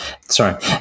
sorry